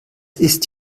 ist